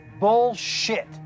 bullshit